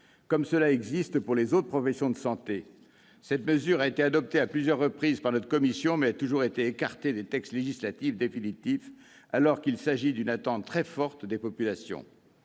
comme cela existe pour les autres professions de santé. Cette mesure a été adoptée à plusieurs reprises par notre commission, mais a toujours été écartée des textes législatifs définitifs, alors qu'il s'agit d'une attente très forte des populations.